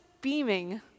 beaming